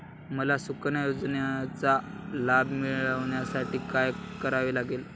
मला सुकन्या योजनेचा लाभ मिळवण्यासाठी काय करावे लागेल?